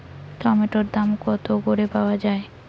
টমেটোর দাম কত করে পাওয়া যায়?